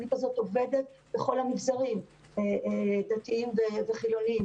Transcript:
התוכנית הזאת עובדת בכל המגזרים דתיים וחילוניים,